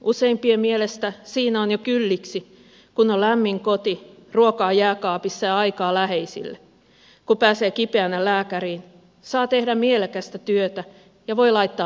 useimpien mielestä siinä on jo kylliksi kun on lämmin koti ruokaa jääkaapissa ja aikaa läheisille kun pääsee kipeänä lääkäriin saa tehdä mielekästä työtä ja voi laittaa lapsensa kouluun